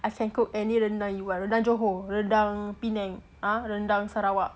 I can cook any rendang you want rendang johor rendang penang rendang sarawak